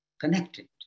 Connected